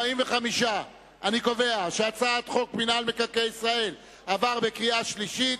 45. אני קובע שחוק מינהל מקרקעי ישראל (תיקון מס' 7) עבר בקריאה שלישית,